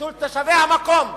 של תושבי המקום,